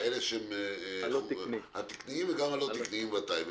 התקני והלא תקני.